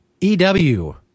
EW